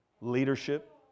Leadership